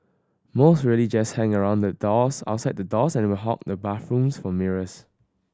most really just hang around doors outside the doors and will hog the bathrooms for mirrors